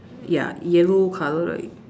ya yellow color like